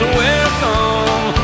welcome